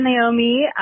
Naomi